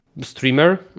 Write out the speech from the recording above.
streamer